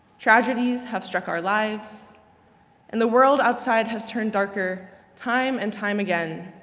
tragedies have struck our lives and the world outside has turned darker time and time again,